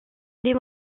des